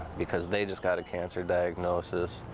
because they just got a cancer diagnosis.